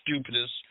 stupidest